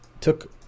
took